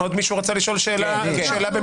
עוד מישהו רצה לשאול שאלה במשפט?